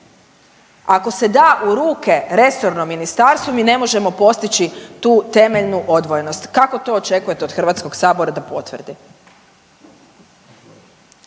ako se da u ruke resornom ministarstvu mi ne možemo postići tu temeljnu odvojenost. Kako to očekujete od HS-a da potvrdi?